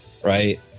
right